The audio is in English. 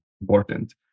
important